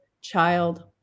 child